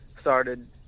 started